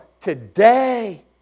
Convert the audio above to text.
today